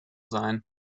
sein